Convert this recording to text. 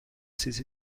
ses